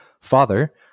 father